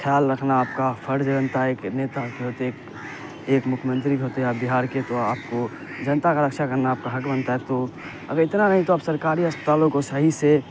خیال رکھنا آپ کا فرض بنتا ہے کہ ایک نیتا کے ہوتے ایک ایک مکھیہ منتری کے ہوتے ہوئے آپ بہار کے تو آپ کو جنتا کا رکشا کرنا آپ کا حق بنتا ہے تو اگر اتنا نہیں تو آپ سرکاری اسپتالوں کو صحیح سے